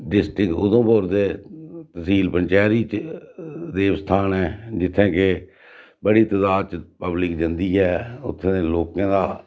district Udhampur दे तसील पंचैरी देव स्थान ऐ जित्थें कि बड़ी तदाद च पब्लिक जंदी ऐ उत्थें दे लोकें दा